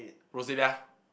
Roselia